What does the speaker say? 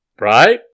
Right